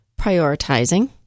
prioritizing